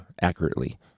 accurately